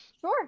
sure